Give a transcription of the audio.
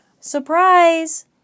Surprise